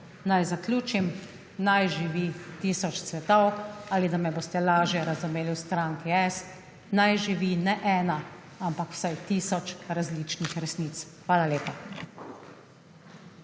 naj zaključim: naj živi tisoč cvetov. Ali da me boste lažje razumeli v stranki S: naj živi ne ena, ampak vsaj tisoč različnih resnic. Hvala lepa.